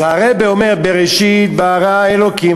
אז הרבי אומר: "בראשית ברא אלוקים",